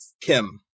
Kim